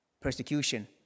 persecution